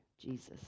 Jesus